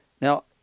Now